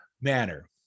manner